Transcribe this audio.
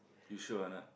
you sure or not